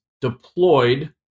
deployed